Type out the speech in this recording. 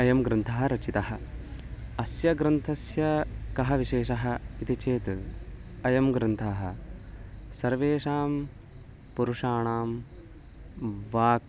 अयं ग्रन्थः रचितः अस्य ग्रन्थस्य कः विशेषः इति चेत् अयं ग्रन्थः सर्वेषां पुरुषाणां वाक्